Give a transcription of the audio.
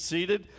seated